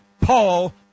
Paul